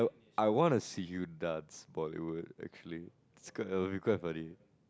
I want to see you dance Bollywood actually it's gonna be quite funny